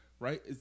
Right